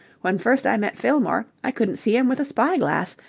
when first i met fillmore, i couldn't see him with a spy-glass,